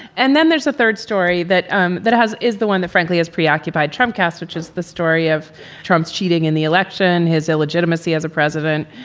and then there's a third story that um that has is the one that, frankly, has preoccupied trump cast, which is the story of trump's cheating in the election, his illegitimacy as a president.